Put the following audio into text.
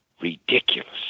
Ridiculous